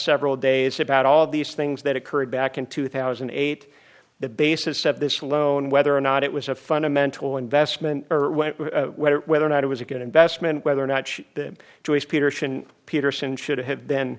several days about all of these things that occurred back in two thousand and eight the basis of this loan whether or not it was a fundamental investment or whether or not it was a good investment whether or not the jewish peterson peterson should have been